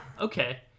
Okay